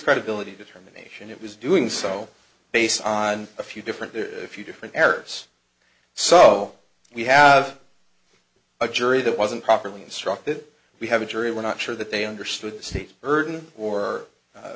credibility determination it was doing so based on a few different there a few different errors so we have a jury that wasn't properly instructed we have a jury we're not sure that they understood the state urban or